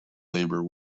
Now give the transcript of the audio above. labour